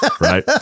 right